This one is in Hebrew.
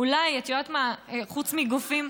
אולי חוץ מגופים,